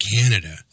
Canada